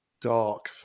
dark